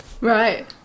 Right